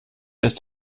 ist